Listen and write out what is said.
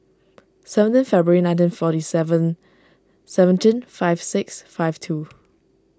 seventeen February nineteen forty seven seventeen five six five two